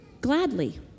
gladly